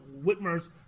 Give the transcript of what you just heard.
Whitmer's